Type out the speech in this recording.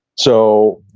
so,